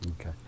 okay